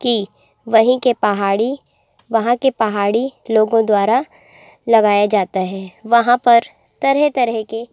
कि वहीं के पहाड़ी वहाँ के पहाड़ी लोगों द्वारा लगाया जाता है वहाँ पर तरह तरह के